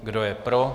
Kdo je pro?